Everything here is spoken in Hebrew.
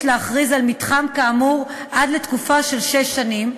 להכריז על מתחם כאמור עד לתקופה של שש שנים,